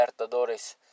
Libertadores